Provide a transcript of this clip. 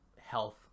Health